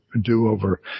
do-over